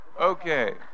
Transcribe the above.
Okay